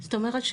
זאת אומרת,